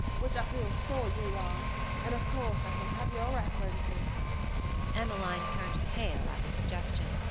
which i feel sure you are and of course i shall have your references emmeline turned pale at the suggestion.